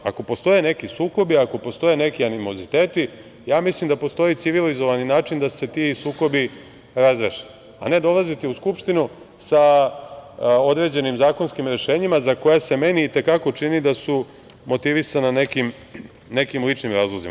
Ako postoje neki sukobi, ako postoje neki animoziteti ja mislim da postoji civilizovani način da se ti sukobi razreše, a ne dolaziti u Skupštinu sa određenim zakonskim rešenjima za koje se meni i te kako čini da su motivisana nekim ličnim razlozima.